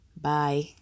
bye